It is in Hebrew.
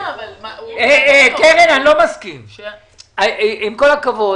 עם כל הכבוד,